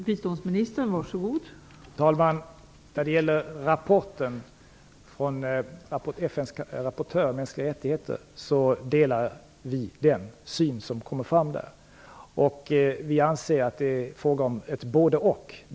Fru talman! Vi delar den syn som kommer fram i rapporten från FN:s rapportör om de mänskliga rättigheterna. Vi anser att det är fråga om ett både-och.